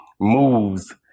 moves